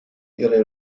ihre